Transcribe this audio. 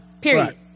period